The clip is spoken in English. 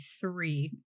three